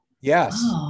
Yes